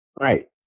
Right